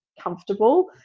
comfortable